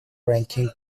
ranking